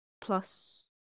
plus